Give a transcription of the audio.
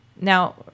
now